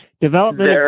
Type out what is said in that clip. development